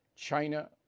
China